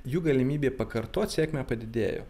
jų galimybė pakartot sėkmę padidėjo